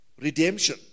Redemption